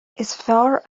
fearr